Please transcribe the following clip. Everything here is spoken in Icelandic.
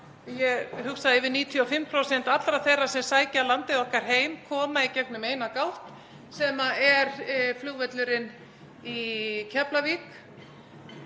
ég hugsa að yfir 95% allra þeirra sem sækja landið okkar heim komi í gegnum eina gátt, sem er flugvöllurinn í Keflavík.